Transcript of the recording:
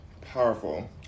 powerful